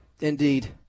Indeed